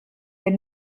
del